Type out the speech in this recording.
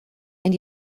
and